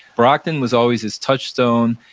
brockton was always his touchstone.